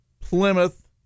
Plymouth